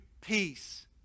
peace